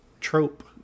trope